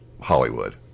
Hollywood